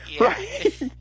right